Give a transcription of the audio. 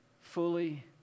fully